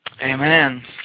Amen